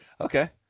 Okay